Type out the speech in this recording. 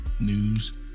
news